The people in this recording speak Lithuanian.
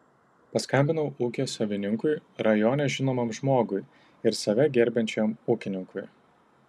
paskambinau ūkio savininkui rajone žinomam žmogui ir save gerbiančiam ūkininkui